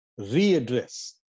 readdress